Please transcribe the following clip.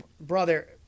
Brother